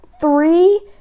three